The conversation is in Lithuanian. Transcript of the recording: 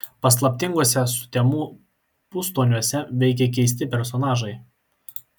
paslaptinguose sutemų pustoniuose veikia keisti personažai